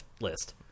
list